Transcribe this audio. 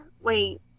Wait